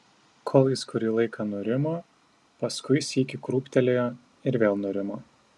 kol jis kurį laiką nurimo paskui sykį krūptelėjo ir vėl nurimo